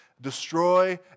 destroy